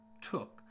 took